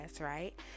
right